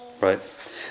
Right